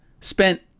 spent